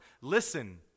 listen